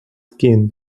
skin